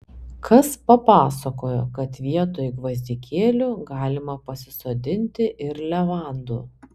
kas papasakojo kad vietoj gvazdikėlių galima pasisodinti ir levandų